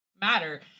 matter